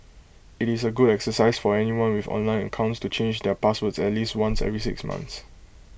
IT is A good exercise for anyone with online accounts to change their passwords at least once every six months